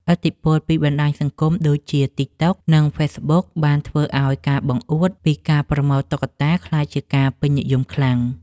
ឥទ្ធិពលពីបណ្ដាញសង្គមដូចជា ទិកតុក និងហ្វេសប៊ុក បានធ្វើឱ្យការបង្អួតពីការប្រមូលតុក្កតាក្លាយជាការពេញនិយមខ្លាំង។